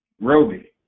Roby